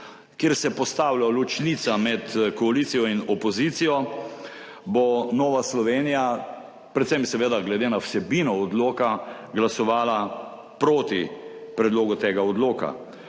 kjer se postavlja ločnica med koalicijo in opozicijo, bo Nova Slovenija predvsem seveda glede na vsebino odloka glasovala proti predlogu tega odloka.